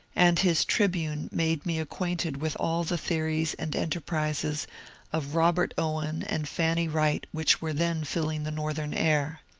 and his tribune made me acquainted with all the theories and enterprises of robert owen and fanny wright which were then filling the northern air.